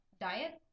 diet